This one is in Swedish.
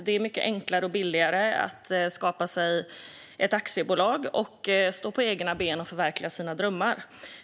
Det är enkelt och billigt att skapa sig ett aktiebolag för att stå på egna ben och förverkliga sina drömmar.